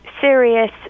serious